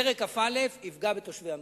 פרק כ"א יפגע בתושבי המדינה.